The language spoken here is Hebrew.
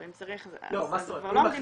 או אם צריך אז זה כבר לא המדינה.